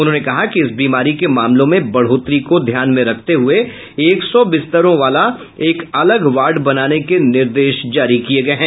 उन्होंने कहा कि इस बीमारी के मामलों में बढ़ोतरी को ध्यान में रखते हुए एक सौ बिस्तरों वाला एक अलग वार्ड बनाने के निर्देश जारी किये गये हैं